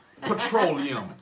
petroleum